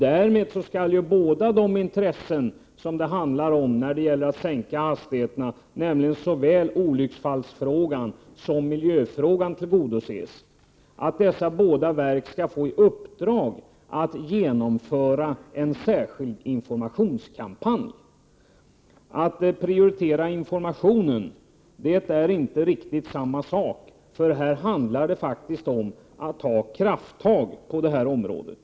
Därmed skulle båda de intressen tillgodoses som det handlar om när det gäller att sänka hastigheterna, nämligen såväl det angelägna i att minska olycksfallsriskerna som omsorgen om miljön. Att prioritera informationen är inte riktigt samma sak, för här gäller det faktiskt att ta krafttag på informationsområdet.